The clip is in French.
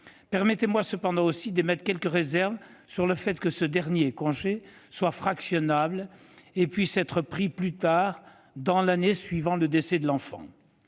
Permettez-moi, cependant, d'émettre quelques réserves sur le fait que ce congé soit fractionnable et qu'il puisse être pris plus tard dans l'année suivant le décès de l'enfant.